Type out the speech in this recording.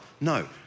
No